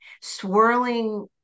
swirling